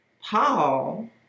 Paul